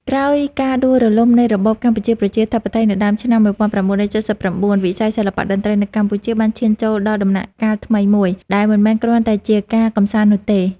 ក្រោយការដួលរំលំនៃរបបកម្ពុជាប្រជាធិបតេយ្យនៅដើមឆ្នាំ ១៩៧៩ វិស័យសិល្បៈតន្ត្រីនៅកម្ពុជាបានឈានចូលដល់ដំណាក់កាលថ្មីមួយ ដែលមិនមែនគ្រាន់តែជាការកម្សាន្តនោះទេ។